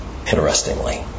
interestingly